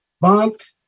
bumped